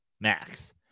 Max